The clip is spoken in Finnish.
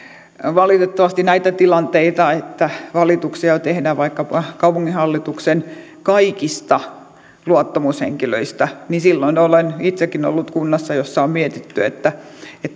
valitettavasti on tilanteita että valituksia tehdään vaikkapa kaupunginhallituksen kaikista luottamushenkilöistä ja silloin olen itsekin ollut sellaisessa kunnassa on mietittävä